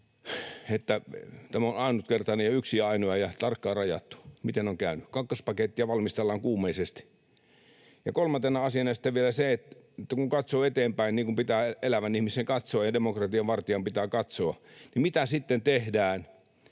tämä on ainutkertainen ja yksi ainoa ja tarkkaan rajattu. Miten on käynyt? Kakkospakettia valmistellaan kuumeisesti. Kolmantena asiana sitten vielä se — kun katsoo eteenpäin, niin kuin pitää elävän ihmisen ja demokratian vartijan katsoa — mitä sitten tehdään,